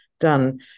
Done